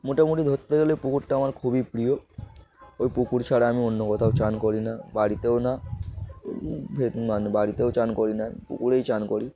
মোটামুটি ধরতে গেলে পুকুরটা আমার খুবই প্রিয় ওই পুকুর ছাড়া আমি অন্য কোথাও স্নান করি না বাড়িতেও না মানে বাড়িতেও স্নান করি না পুকুরেই স্নান করি